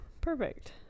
perfect